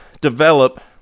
develop